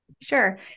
Sure